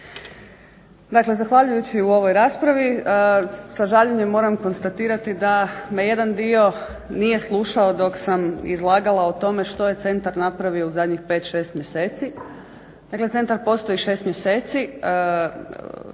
Dakle zahvaljujući u ovoj raspravi sa žaljenjem moram konstatirati da me jedan dio nije slušao dok sam izlagala o tome što je centar napravio u zadnjih 5, 6 mjeseci. Dakle centar postoji 6 mjeseci,